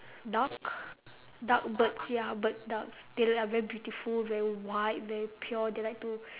duck duck birds ya birds ducks they're like very beautiful very white very pure they like to